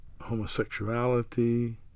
homosexuality